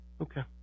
Okay